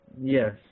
Yes